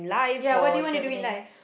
ya what do you want to do in life